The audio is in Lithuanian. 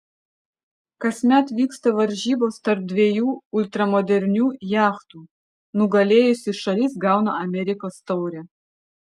kasmet vyksta varžybos tarp dviejų ultramodernių jachtų nugalėjusi šalis gauna amerikos taurę